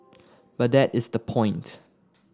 but that is the point